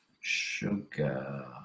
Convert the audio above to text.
sugar